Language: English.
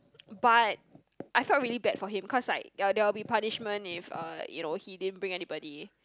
but I felt really bad for him cause like uh there will be punishment if uh you know he didn't bring anybody